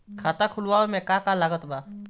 खाता खुलावे मे का का लागत बा?